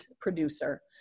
producer